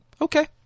okay